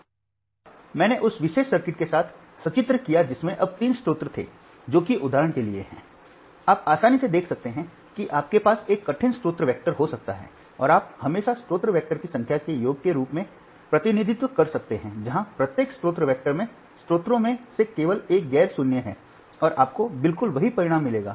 अब मैंने उस विशेष सर्किट के साथ सचित्र किया जिसमें अब तीन स्रोत थे जो कि उदाहरण के लिए है आप आसानी से देख सकते हैं कि आपके पास एक कठिन स्रोत वेक्टर हो सकता है और आप हमेशा स्रोत वैक्टर की संख्या के योग के रूप में प्रतिनिधित्व कर सकते हैं जहां प्रत्येक स्रोत वेक्टर में स्रोतों में से केवल एक गैर 0 है और आपको बिल्कुल वही परिणाम मिलेगा